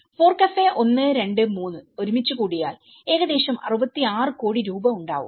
FORECAFE 1 2 3 ഒരുമിച്ചു കൂടിയാൽ ഏകദേശം 66 കോടി രൂപ ഉണ്ടാവും